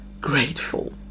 grateful